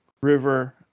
River